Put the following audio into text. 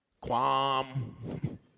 Quam